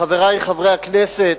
חברי חברי הכנסת,